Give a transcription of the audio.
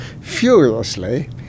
furiously